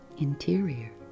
interior